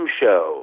show